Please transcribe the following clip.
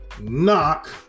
knock